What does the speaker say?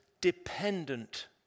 dependent